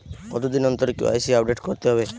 কতদিন অন্তর KYC update করতে হবে?